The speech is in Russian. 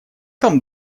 там